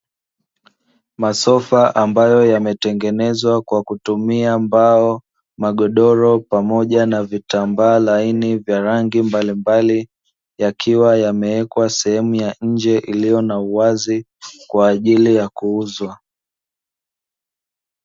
Masofa ambayo yametengenezwa kwa kutumia; mbao, magodoro pamoja na vitambaa laini vya rangi mbalimbali, yakiwa yamewekwa sehemu ya nje iliyo na uwazi kwa ajili ya kuuzwa.